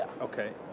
Okay